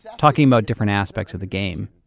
talking about different aspects of the game.